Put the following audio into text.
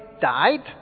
died